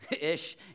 ish